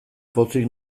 pozik